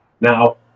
Now